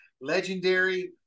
legendary